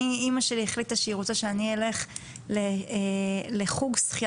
אימא שלי החליטה שהיא רוצה שאני אלך לחוג שחיה